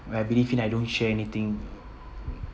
I believe in I don't share anything